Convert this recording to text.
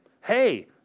Hey